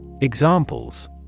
Examples